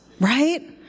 right